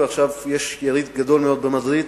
ועכשיו יש יריד גדול מאוד במדריד,